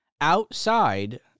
outside